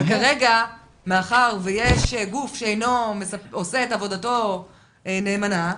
כרגע, מאחר שיש גוף שאינו עושה את עבודתו נאמנה,